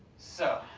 so,